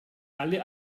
alle